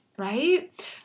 right